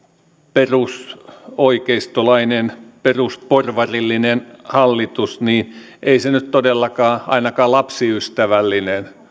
perusoikeistolainen perusporvarillinen hallitus ei nyt todellakaan ainakaan lapsiystävällinen